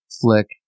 flick